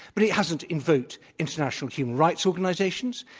but it hasn't invoked international human rights organizations,